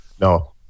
No